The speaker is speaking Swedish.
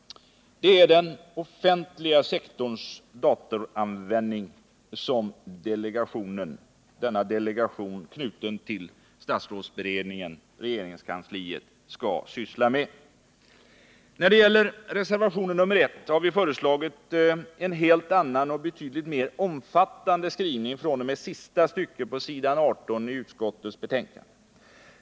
Det är den offentliga sektorns datoranvändning som denna delegation, knuten till regeringskansliet, skall syssla med. När det gäller reservationen I har vi föreslagit en helt annan och betydligt mera omfattande skrivning fr.o.m. sista stycket på s. 18 i utskottets betänkande.